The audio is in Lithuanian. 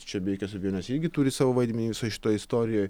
čia be jokios abejonės irgi turi savo vaidmenį visoj šitoj istorijoj